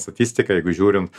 statistiką jeigu žiūrint